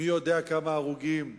מי יודע כמה הרוגים יש.